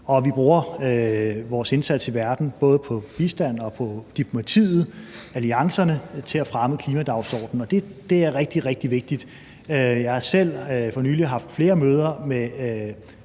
Vi bruger vores indsats i verden både på bistand og på diplomatiet og alliancerne til at fremme klimadagsordenen, og det er rigtig, rigtig vigtigt. Jeg har selv for nylig haft flere møder med